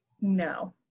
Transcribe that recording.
no